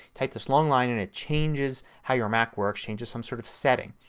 type this long line and it changes how your mac works, changes some sort of setting.